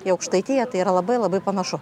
į aukštaitiją tai yra labai labai panašu